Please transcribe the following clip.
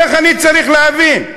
איך אני צריך להבין?